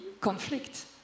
conflict